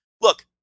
look